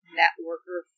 networker